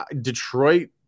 Detroit